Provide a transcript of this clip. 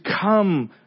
come